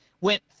went